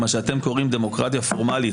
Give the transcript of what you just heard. מה שאתם קוראים לו "דמוקרטיה פורמלית",